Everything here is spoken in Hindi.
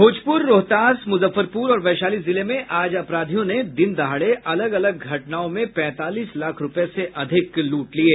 भोजपूर रोहतास मुजफ्फरपूर और वैशाली जिले में आज अपराधियों ने दिन दहाड़े अलग अलग घटनाओं में पैंतालीस लाख रूपये से अधिक लूट लिये